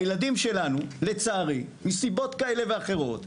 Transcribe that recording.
הילדים שלנו, לצערי, מסיבות כאלה ואחרות.